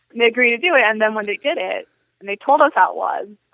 they agreed to do it. and then when they did it and they told us how it was,